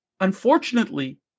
unfortunately